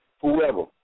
whoever